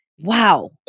Wow